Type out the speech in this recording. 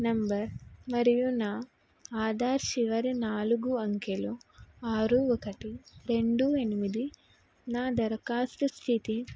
number మరియు నా ఆధార్ చివరి నాలుగు అంకెలు ఆరు ఒకటి రెండు ఎనిమిది నా దరఖాస్తు స్థితి